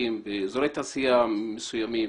עסקים באזורי תעשייה מסוימים,